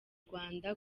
nyarwanda